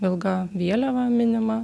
ilga vėliava minima